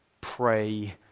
pray